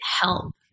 help